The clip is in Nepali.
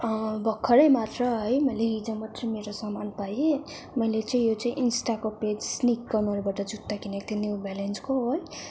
भर्खरै मात्र है मैले हिजो मात्रै मेरो सामान पाएँ मैले चाहिँ यो चाहिँ इन्स्टाको पेज स्लिक कर्नरबाट जुत्ता किनेको थिएँ न्यु ब्यालेन्सको हो